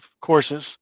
courses